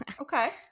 Okay